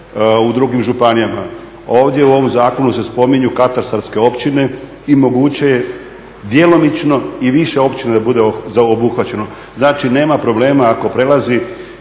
u drugim županijama. Ovdje u ovom zakonu se spominju katastarske općine i moguće je djelomično i više općina da bude obuhvaćeno. Znači nema problema ako prelazi